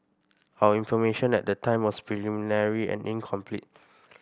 our information at the time was preliminary and incomplete